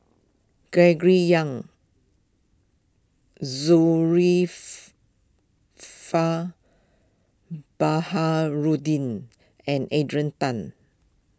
Gregory Yong Baharudin and Adrian Tan